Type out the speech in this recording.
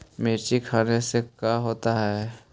मिर्ची खाने से का होता है?